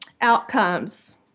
outcomes